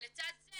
ולצד זה